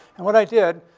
and what i did,